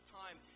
time